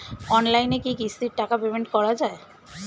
অনলাইনে কি কিস্তির টাকা পেমেন্ট করা যায়?